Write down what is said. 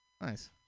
Nice